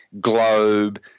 globe